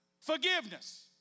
Forgiveness